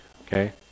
Okay